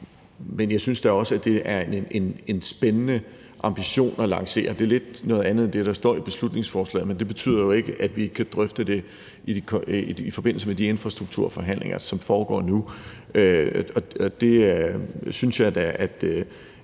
men jeg synes da også, at det er en spændende ambition at lancere. Det er lidt noget andet end det, der står i beslutningsforslaget, men det betyder jo ikke, at vi ikke kan drøfte det i forbindelse med de infrastrukturforhandlinger, som foregår nu. Det synes jeg da at